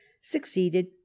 succeeded